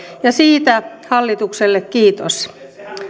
ja siitä hallitukselle kiitos